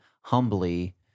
humbly